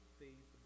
faith